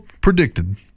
predicted